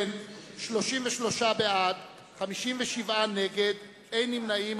33 בעד, 57 נגד, אין נמנעים.